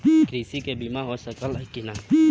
कृषि के बिमा हो सकला की ना?